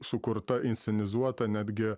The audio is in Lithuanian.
sukurta inscenizuota netgi